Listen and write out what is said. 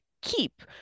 keep